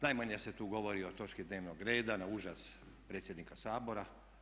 Najmanje se tu govori o točki dnevnog reda na užas predsjednika Sabora.